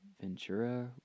Ventura